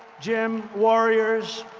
jim. warriors.